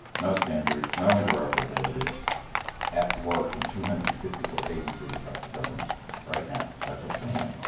no standards, no interoperability at work in two hundred and fifty four agencies across the government right now. that's what's going on.